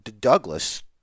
Douglas